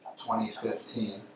2015